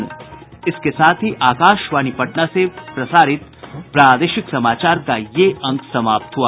इसके साथ ही आकाशवाणी पटना से प्रसारित प्रादेशिक समाचार का ये अंक समाप्त हुआ